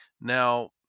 Now